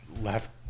left